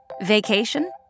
vacation